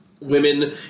women